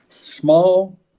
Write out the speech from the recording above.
Small